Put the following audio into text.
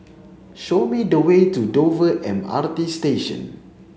show me the way to Dover M R T Station